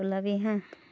ওলাবি হা